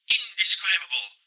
indescribable